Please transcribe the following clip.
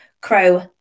Crow